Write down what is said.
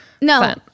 No